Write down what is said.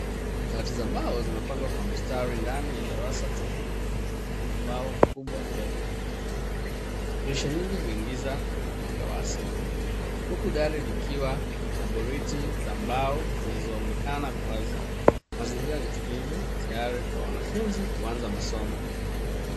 Dawati za mbao zimepangwa kwa mistari ndani ya darasa tupu lenye ubao mkubwa mbele. Dirisha mingi huingiza mwanga wa asili huku dari likiwa na boriti za mbao zinazoonekana wazi. Mazingira ni tulivu tayari kwa wanafunzi kuanza masomo.